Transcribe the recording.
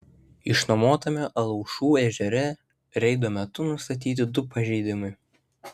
išnuomotame alaušų ežere reido metu nustatyti du pažeidimai